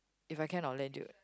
if I can I'll lend you